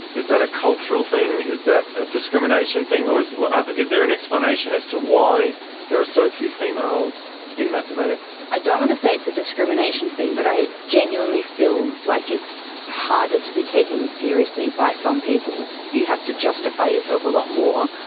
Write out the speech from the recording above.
is that a cultural thing, is that a discrimination thing? is ah is there an explanation as to why there are so few females in mathematics? i don't want to say it's a discrimination thing but i genuinely feel like it's harder to be taken seriously by some people. you have to justify yourself a lot more.